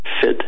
fit